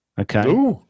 Okay